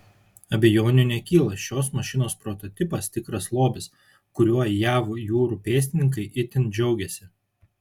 abejonių nekyla šios mašinos prototipas tikras lobis kuriuo jav jūrų pėstininkai itin džiaugiasi